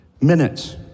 minutes